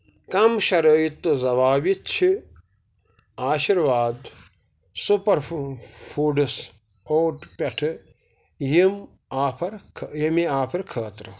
کَم شرٲیِطو ضوابط چھِ آشِرواد سُپر فوٗڈٕس اوٹ پٮ۪ٹھٕ یِم آفَر ییٚمہِ آفَر خٲطرٕ